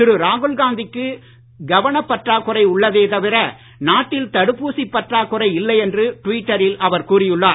திரு ராகுல்காந்திக்கு கவனப் பற்றாக்குறை உள்ளதே தவிர நாட்டில் தடுப்பூசி பற்றாக்குறை இல்லை என்று டுவிட்டரில் அவர் கூறியுள்ளார்